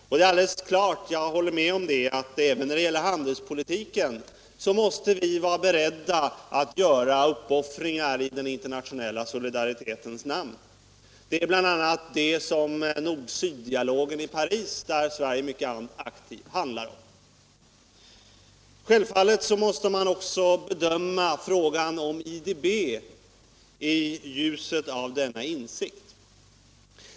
Och det är alldeles klart — jag håller med om det — att även när det gäller handelspolitiken måste vi vara beredda att göra uppoffringar i den internationella solidaritetens namn, t.ex. vid Nord-syd-dialogen i Paris, där Sverige handlar mycket aktivt. Självfallet måste man också bedöma frågan om IDB i ljuset av denna insikt.